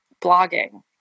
blogging